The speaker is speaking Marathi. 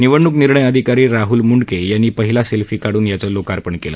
निवडणूक निर्णय अधिकारी राहल मुंडके यांनी पहिला सेल्फी काढून याचं लोकार्पण केलं